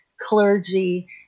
clergy